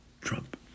Trump